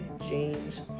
James